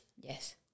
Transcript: Yes